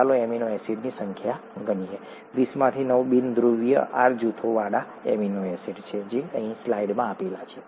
ચાલો એમિનો એસિડની સંખ્યા ગણીએ 20 માંથી નવ બિનધ્રુવીય R જૂથોવાળા એમિનો એસિડ છે